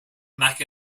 mack